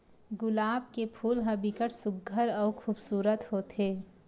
गुलाब के फूल ह बिकट सुग्घर अउ खुबसूरत होथे